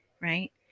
right